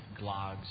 blogs